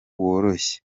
woroshye